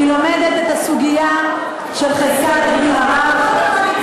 היא לומדת את הסוגיה של חזקת הגיל הרך,